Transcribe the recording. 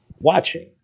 watching